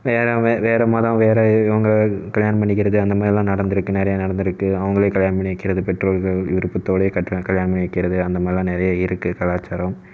வேறு வே வேறு மதம் வேறு இவங்க கல்யாணம் பண்ணிக்கிறது அந்த மாதிரிலாம் நடந்துருக்குது நிறைய நடந்துருக்குது அவங்களே கல்யாணம் பண்ணி வைக்கிறது பெற்றோர்கள் விருப்பத்தோடயே கட்றாங்க கல்யாணம் பண்ணி வைக்கிறது அந்த மாதிரிலாம் நிறைய இருக்குது கலாச்சாரம்